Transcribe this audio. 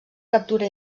captura